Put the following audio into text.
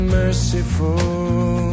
merciful